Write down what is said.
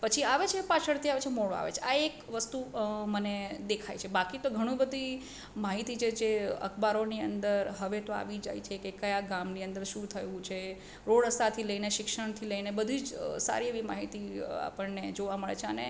પછી આવે છે પાછળથી આવે છે મોડો આવે છે આ એક વસ્તુ મને દેખાય છે બાકી તો ઘણું બધી માહિતી જે છે અખબારોની અંદર હવે તો આવી જ જાય છે કે કયા ગામની અંદર શું થયું છે રોડ રસ્તાથી લઈને શિક્ષણથી બધી જ સારી એવી માહિતી આપણને જોવા મળે છે અને